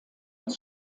des